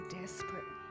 desperate